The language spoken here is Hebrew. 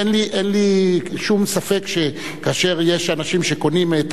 אין לי שום ספק שכאשר יש אנשים שקונים את